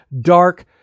dark